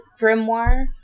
Grimoire